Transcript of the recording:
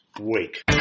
week